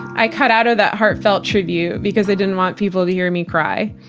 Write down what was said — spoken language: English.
i cut out of that heartfelt tribute because i didn't want people to hear me cry.